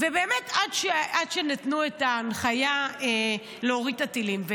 באמת עד שנתנו את ההנחיה להוריד את הטילים.